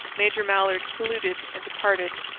major mallard saluted and departed.